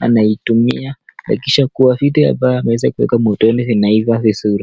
anaitumia ili kuhakikisha kuwa vitu ambavyo motoni inaiva vizuri.